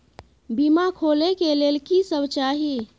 बीमा खोले के लेल की सब चाही?